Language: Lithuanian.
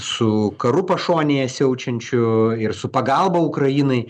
su karu pašonėje siaučiančiu ir su pagalba ukrainai